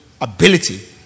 ability